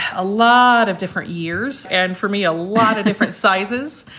a lot of different years. and for me, a lot of different sizes.